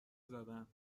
زدم